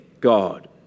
God